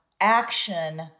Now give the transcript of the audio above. action